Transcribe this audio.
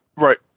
Right